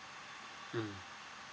mm